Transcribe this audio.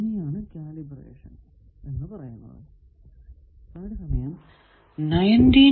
അതിനെയാണ് കാലിബ്രേഷൻ എന്ന് പറയുന്നത്